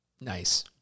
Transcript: Nice